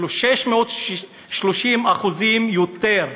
כלומר 630% יותר.